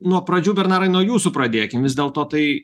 nuo pradžių bernarai nuo jūsų pradėkim vis dėlto tai